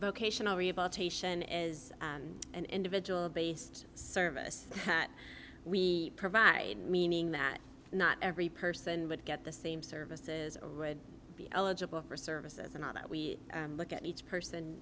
vocational rehabilitation is an individual based service that we provide meaning that not every person would get the same services or would be eligible for services and not that we look at each person